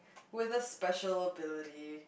with a special ability